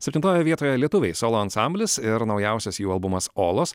septintoje vietoje lietuviai solo ansamblis ir naujausias jų albumas olos